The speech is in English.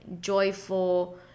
joyful